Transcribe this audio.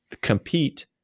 compete